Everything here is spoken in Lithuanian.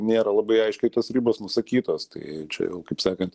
nėra labai aiškiai tos ribos nusakytos tai čia jau kaip sakant